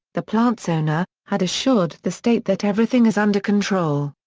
the plant's owner, had assured the state that everything is under control.